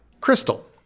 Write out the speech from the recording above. Crystal